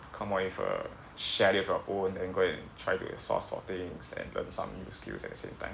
come up with a schedule for your own and go and try to source for things and learn some new skills at the same time